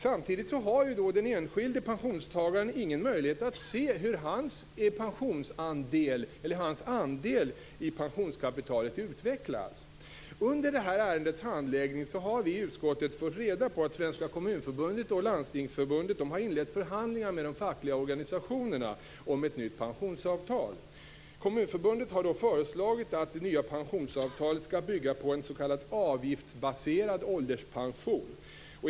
Samtidigt har den enskilde pensionstagaren ingen möjlighet att se hur hans andel i pensionskapitalet utvecklas. Under det här ärendets handläggning har vi i utskottet fått reda på att Svenska Kommunförbundet och Landstingsförbundet har inlett förhandlingar med de fackliga organisationerna om ett nytt pensionsavtal. Kommunförbundet har därvid föreslagit att det nya pensionsavtalet skall bygga på en s.k. avgiftsbaserad ålderspension.